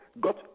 got